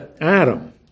Adam